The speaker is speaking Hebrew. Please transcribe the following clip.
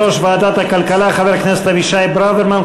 ועדת הכלכלה, חבר הכנסת אבישי ברוורמן.